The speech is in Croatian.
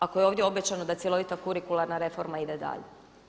Ako je ovdje obećano da cjelovita kurikularna reforma ide dalje.